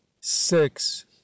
six